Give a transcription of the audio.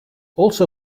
also